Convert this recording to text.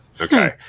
Okay